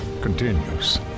continues